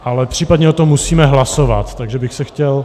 Ale případně o tom musíme hlasovat, takže bych se chtěl...